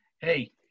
Hey